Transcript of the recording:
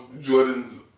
Jordan's